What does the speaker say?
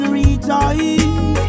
rejoice